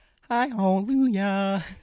hallelujah